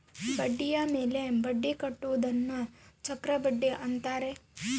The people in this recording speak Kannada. ಬಡ್ಡಿಯ ಮೇಲೆ ಬಡ್ಡಿ ಕಟ್ಟುವುದನ್ನ ಚಕ್ರಬಡ್ಡಿ ಅಂತಾರೆ